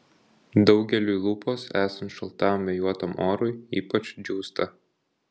daugeliui lūpos esant šaltam vėjuotam orui ypač džiūsta